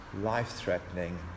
life-threatening